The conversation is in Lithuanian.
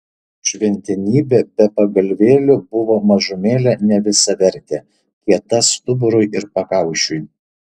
šventenybė be pagalvėlių buvo mažumėlę nevisavertė kieta stuburui ir pakaušiui